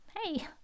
Hey